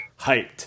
hyped